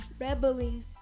rebelling